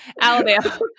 Alabama